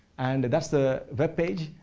and that's the web page.